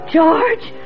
George